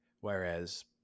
whereas